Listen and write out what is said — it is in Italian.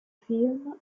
film